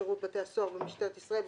שירות בתי הסוהר ומשטרת ישראל,